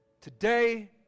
Today